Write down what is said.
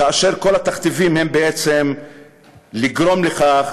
כאשר כל התכתיבים הם בעצם לגרום לכך